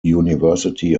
university